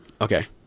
Okay